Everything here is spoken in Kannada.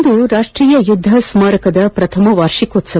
ಇಂದು ರಾಷ್ಟೀಯ ಯುದ್ಧ ಸ್ಮಾರಕದ ಪ್ರಥಮ ವಾರ್ಷಿಕೋತ್ಸವ